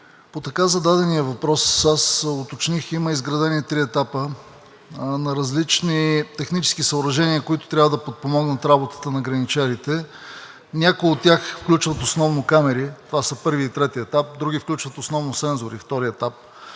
По така зададения въпрос аз уточних: има изградени три етапа на различни технически съоръжения, които трябва да подпомогнат работата на граничарите. Някои от тях включват основно камери – това са първи и трети етап, други включват основно сензори – втори етап.